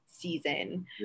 season